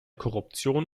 korruption